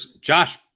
josh